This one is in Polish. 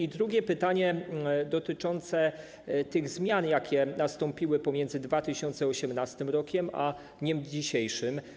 Mam drugie pytanie, dotyczące tych zmian, jakie nastąpiły pomiędzy 2018 r. a dniem dzisiejszym.